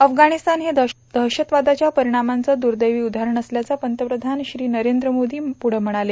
अफगाणिस्तान हे दहशतवादाच्या परिणामांचं द्र्देवी उदाहरण असल्याचं पंतप्रधान श्री नरेंद्र मोदी प्रढं म्हणाले